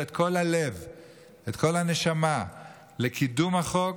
את כל הלב ואת כל הנשמה לקידום החוק,